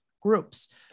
groups